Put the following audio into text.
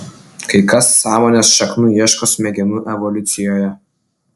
kai kas sąmonės šaknų ieško smegenų evoliucijoje